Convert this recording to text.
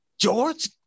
George